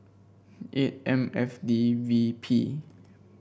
eight M F D V P